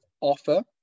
offer